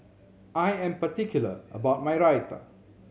I am particular about my Raita